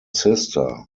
sister